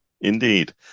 Indeed